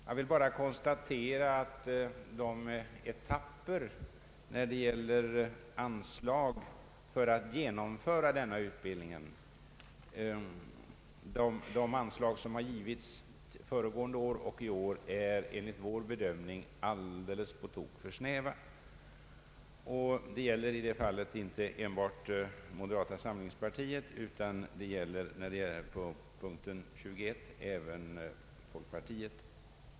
Jag vill bara konstatera att de anslag för en etappvis utvidgad forskarutbildning som har givits under föregående år och i år enligt vår bedömning är alldeles på tok för snäva. Denna uppfattning omfattas inte enbart av moderata samlingspartiet utan även av folkpartiet.